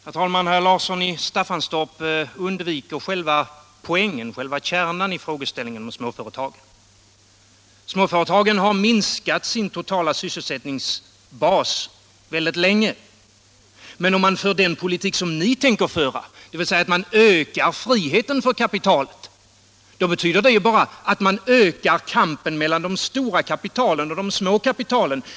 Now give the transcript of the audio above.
Herr talman! Herr Larsson i Staffanstorp undviker själva kärnan i frågeställningen om småföretagen. Småföretagen har minskat sin totala sysselsättningsbas väldigt länge. Men om man för den politik som ni tänker föra — dvs. ökar friheten för kapitalet — betyder det bara att man ökar kampen mellan de stora kapitalen och de små kapitalen.